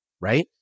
right